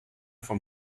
vom